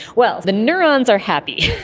well, the neurons are happy.